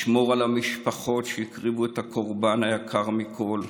לשמור על המשפחות שהקריבו את הקורבן היקר מכול,